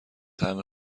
طعم